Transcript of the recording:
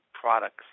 products